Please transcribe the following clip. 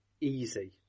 easy